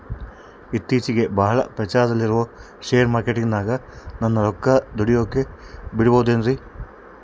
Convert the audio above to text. ಇತ್ತೇಚಿಗೆ ಬಹಳ ಪ್ರಚಾರದಲ್ಲಿರೋ ಶೇರ್ ಮಾರ್ಕೇಟಿನಾಗ ನನ್ನ ರೊಕ್ಕ ದುಡಿಯೋಕೆ ಬಿಡುಬಹುದೇನ್ರಿ?